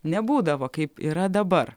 nebūdavo kaip yra dabar